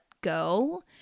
go